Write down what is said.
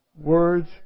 words